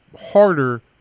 harder